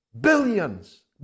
billions